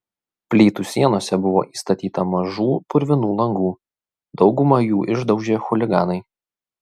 plytų sienose buvo įstatyta mažų purvinų langų daugumą jų išdaužė chuliganai